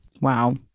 Wow